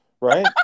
Right